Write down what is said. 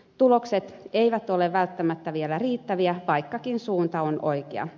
tulokset eivät ole välttämättä vielä riittäviä vaikkakin suunta on oikea